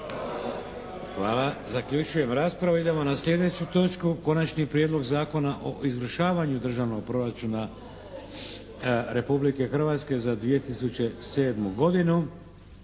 Vladimir (HDZ)** Idemo na sljedeću točku –- Konačni prijedlog Zakona o izvršavanju Državnog proračuna Republike Hrvatske za 2007. godinu,